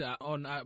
on